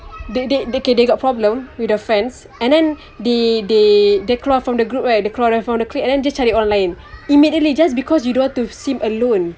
they they they okay they got problem with the friends and then they they dia keluar from the group kan dia keluar from the clique and then dia cari orang lain immediately just because you don't want to seem alone